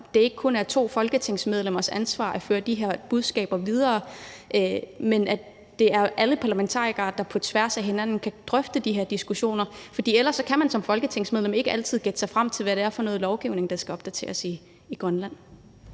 det ikke kun er to folketingsmedlemmers ansvar at føre de her budskaber videre, men at det er alle parlamentarikere, der kan tage de her diskussioner på kryds og tværs, for man kan som folketingsmedlem ikke altid gætte sig frem til, hvad det er for noget lovgivning, der skal opdateres i Grønland.